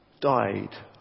died